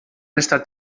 estat